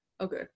Okay